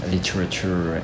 literature